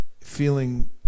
feeling